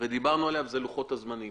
דיברנו עליה, וזה לוחות הזמנים.